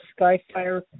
Skyfire